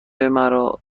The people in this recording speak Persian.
مرا